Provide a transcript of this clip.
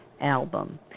album